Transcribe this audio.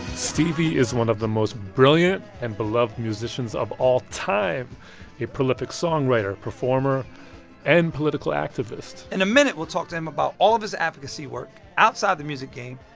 stevie is one of the most brilliant and beloved musicians of all-time a prolific songwriter, performer and political activist in a minute, we'll talk to him about all of his advocacy work outside the music game,